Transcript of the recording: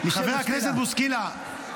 חבר הכנסת בוסקילה.